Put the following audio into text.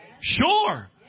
Sure